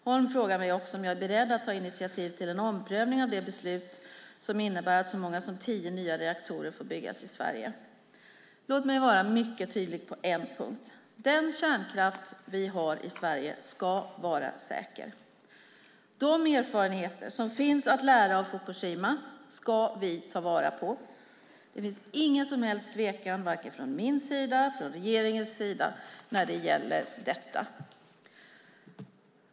Holm frågar mig också om jag är beredd att ta initiativ till en omprövning av det beslut som innebär att så många som tio nya reaktorer får byggas i Sverige. Låt mig vara mycket tydlig på en punkt: Den kärnkraft vi har i Sverige ska vara säker. De erfarenheter som finns att lära av Fukushima ska vi ta vara på. Det finns ingen tvekan vare sig från min eller från regeringens sida när det gäller detta.